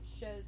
shows